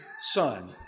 son